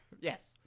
Yes